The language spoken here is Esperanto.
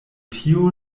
tio